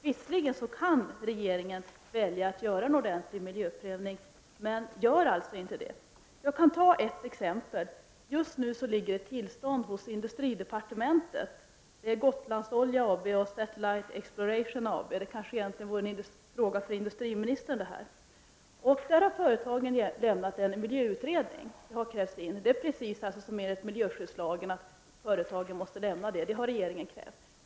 Visserligen kan regeringen välja att göra en ordentlig miljöprövning, men den gör alltså inte det. Jag kan ta ett exempel. Just nu ligger en ansökan om tillstånd hos industridepartementet från Gotlandsolja AB och Satellite Exploration AB. Detta är kanske en fråga för industriministern. De sökande företagen har ingett en miljöutredning, något som är i enlighet med miljöskyddslagstiftningen.